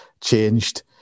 changed